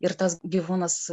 ir tas gyvūnas